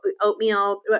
oatmeal